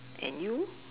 and you